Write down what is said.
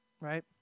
Right